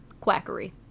quackery